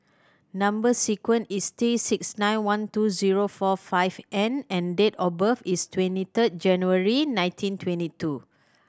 number sequence is T six nine one two zero four five N and date of birth is twenty third January nineteen twenty two